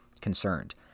concerned